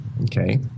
Okay